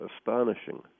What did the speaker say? astonishing